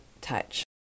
touch